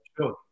sure